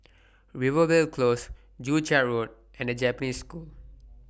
Rivervale Close Joo Chiat Road and The Japanese School